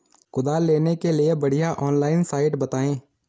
कुदाल लेने के लिए बढ़िया ऑनलाइन साइट बतायें?